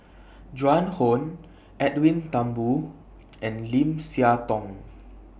Joan Hon Edwin Thumboo and Lim Siah Tong